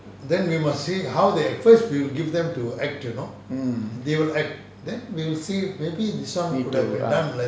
mm need to ah